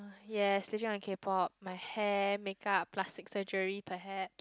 yes which one is k-pop my hair makeup plastic surgery perhaps